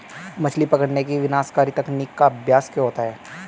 मछली पकड़ने की विनाशकारी तकनीक का अभ्यास क्यों होता है?